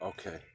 Okay